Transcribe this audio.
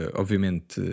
obviamente